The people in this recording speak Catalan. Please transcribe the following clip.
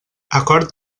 acord